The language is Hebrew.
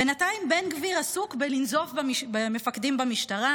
בינתיים בן גביר עסוק בלנזוף במפקדים במשטרה